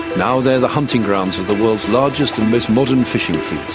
now they're the hunting grounds of the world's largest and most modern fishing fleets.